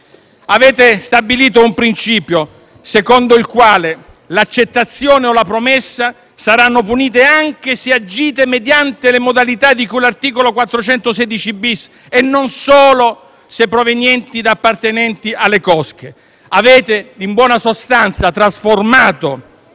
Avete stabilito un principio secondo il quale l'accettazione o la promessa saranno punite anche se poste in essere mediante le modalità di cui all'articolo 416-*bis* e non solo se provenienti da appartenenti alle cosche. In buona sostanza, avete trasformato